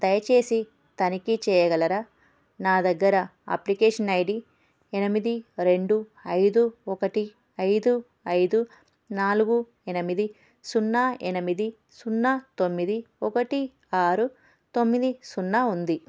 దయచేసి తనిఖీ చేయగలరా నా దగ్గర అప్లికేషన్ ఐ డీ ఎనిమిది రెండు ఐదు ఒకటి ఐదు ఐదు నాలుగు ఎనిమిది సున్నా ఎనిమిది సున్నా తొమ్మిది ఒకటి ఆరు తొమ్మిది సున్నా ఉంది